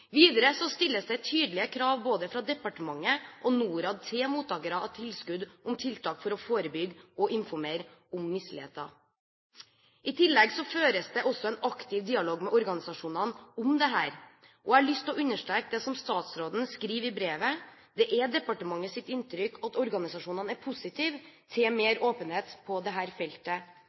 stilles det tydelige krav både fra departementet og Norad til mottakere av tilskudd om tiltak for å forebygge og informere om misligheter. I tillegg føres det også en aktiv dialog med organisasjonene om dette, og jeg har lyst til å understreke det statsråden skriver i brevet: «Det er departementets inntrykk at organisasjonene er positive til mer åpenhet på dette feltet,